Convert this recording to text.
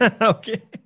Okay